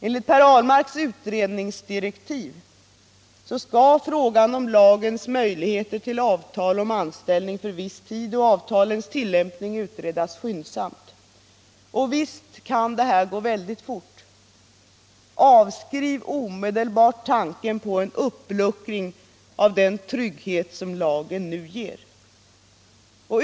Enligt Per Ahlmarks utredningsdirektiv skall frågan om lagens möjligheter till avtal om anställning för viss tid och avtalens tillämpning utredas skyndsamt. Och visst kan detta gå mycket fort. Avskriv omedelbart tanken på en uppluckring av den trygghet som lagen nu ger!